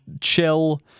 chill